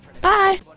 bye